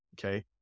Okay